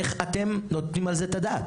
איך אתם נותנים על זה את הדעת?